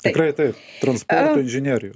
tikrai tai transporto inžinerijos